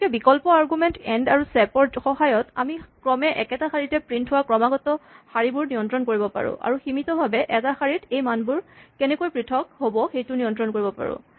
গতিকে বিকল্প argument end আৰু চেপ ৰ ৰ সহায়ত আমি ক্ৰমে একেটা শাৰীতে প্ৰিন্ট হোৱা ক্ৰমাগত শাৰীবোৰ নিয়ন্ত্ৰণ কৰিব পাৰোঁ আৰু সীমিতভাৱে এটা শাৰীত এই মানবোৰ কেনেকৈ পৃথক হ'ব সেইটো নিয়ন্ত্ৰণ কৰিব পাৰোঁ